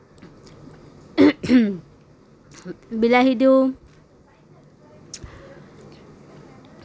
বিলাহী দিওঁ